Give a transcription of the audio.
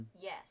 Yes